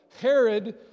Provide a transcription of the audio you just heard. Herod